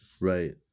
right